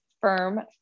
firm